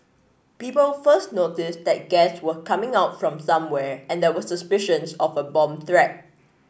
people first noticed that gas was coming out from somewhere and there were suspicions of a bomb threat